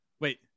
Wait